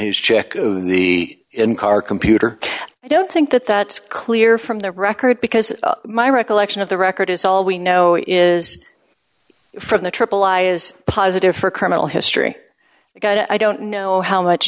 his check the in car computer i don't think that that's clear from the record because my recollection of the record is all we know is from the aaa is positive for criminal history because i don't know how much